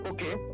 Okay